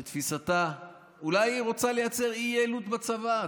לתפיסתה, אולי היא רוצה לייצר אי-יעילות בצבא?